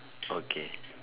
okay